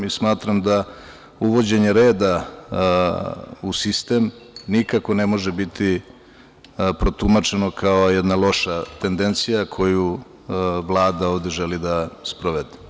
Mi smatramo da uvođenje reda u sistem nikako ne može biti protumačeno kao jedna loša tendencija koju Vlada ovde želi da sprovede.